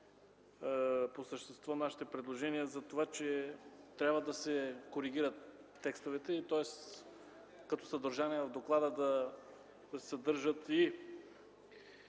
по същество нашите предложения за това, че трябва да се коригират текстовете, тоест като съдържание в доклада да се съдържат и